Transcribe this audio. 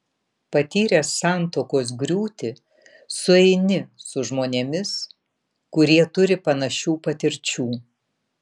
patyręs santuokos griūtį sueini su žmonėmis kurie turi panašių patirčių